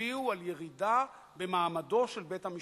הצביעו על ירידה במעמדו של בית-המשפט,